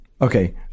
okay